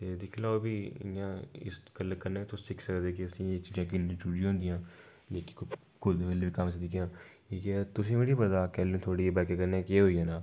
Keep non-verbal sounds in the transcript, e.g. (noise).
ते दिक्खी लैओ फ्ही इयां इस कन्नै कन्नै तुस दिक्खी सकदे कि असेंगी एह् चीज़ां किन्नियां जरूरी होंदियां मिगी कोई इयां (unintelligible) कि ते तुसेंगी थोह्ड़ी पता केहड़ी थोह्ड़ा बाइकै कन्नै केह् होई जाना